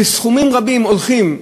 שסכומים רבים הולכים,